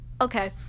Okay